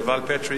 Deval Patrick,